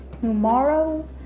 tomorrow